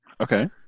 Okay